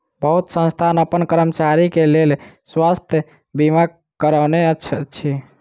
बहुत संस्थान अपन कर्मचारी के लेल स्वास्थ बीमा करौने अछि